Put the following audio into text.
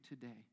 today